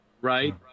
Right